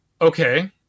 okay